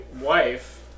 wife